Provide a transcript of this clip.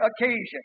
occasion